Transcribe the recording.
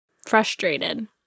frustrated